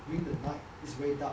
during the night it's very dark